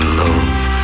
love